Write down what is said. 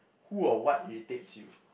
who or what irritates you